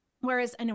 Whereas